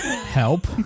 Help